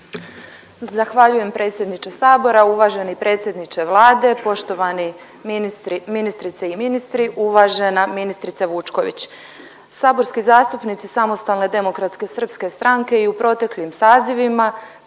Zahvaljujem predsjedniče sabora. Uvaženi predsjedniče Vlade, poštovani ministri, ministrice i ministri, uvažena ministrice Vučković. Saborski zastupnici Samostalne demokratske srpske stranke i u proteklim sazivima